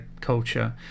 culture